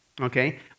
Okay